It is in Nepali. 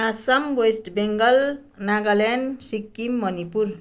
आसाम वेस्ट बङ्गाल नागाल्यान्ड सिक्किम मणिपुर